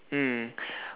mm